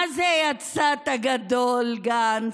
מה זה יצאת גדול, גנץ,